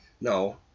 No